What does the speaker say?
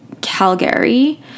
Calgary